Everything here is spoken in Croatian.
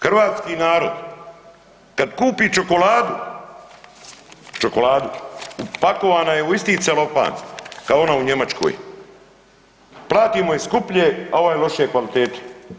Hrvatski narod kad kupi čokoladu, čokoladu, upakovana je u isti celofan kao ona u Njemačkoj, platimo je skuplje, a ova je lošije kvalitete.